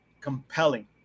compelling